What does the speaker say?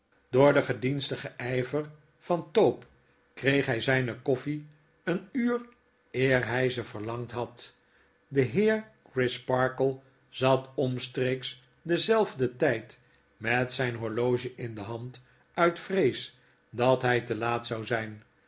door den gedienstigen yver van tope kreeg hij zijne koffie een uur eer hy ze verlangd had de heer crisparkle zat omstreeks denzelfden tyd met zyn horloge in de hand uit vrees dat hy te laat zou zyn